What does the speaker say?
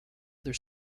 other